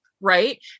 right